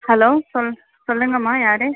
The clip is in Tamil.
ஹலோ சொல் சொல்லுங்கம்மா யார்